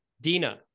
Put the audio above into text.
Dina